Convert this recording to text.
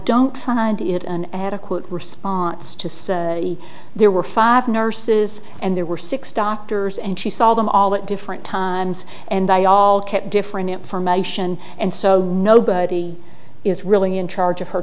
don't find it an adequate response to say there were five nurses and there were six doctors and she saw them all at different times and they all kept different information and so nobody is really in charge of her